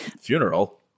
Funeral